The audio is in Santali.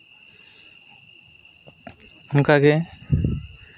ᱚᱱᱠᱟ ᱜᱮ